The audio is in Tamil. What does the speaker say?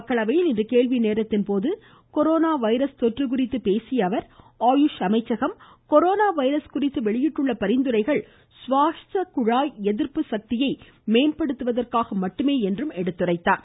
மக்களவையில் இன்று கேள்வி நேரத்தின் போது கொரோனா வைரஸ் தொற்று குறித்து பேசிய அவர் ஆயுஷ் அமைச்சகம் கொரோனா வைரஸ் குறித்து வெளியிட்டுள்ள பரிந்துரைகள் சுவாசக்குழாயில் எதிர்ப்பு மேம்படுத்துவதற்காக என்றும் குறிப்பிட்டார்